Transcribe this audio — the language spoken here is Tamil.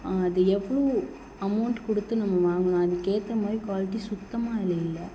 அது எவ்வளோ அமௌண்ட் கொடுத்து நம்ம வாங்கினோம் அதுக்கேற்ற மாதிரி குவாலிட்டி சுத்தமாக இல்லை